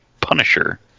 Punisher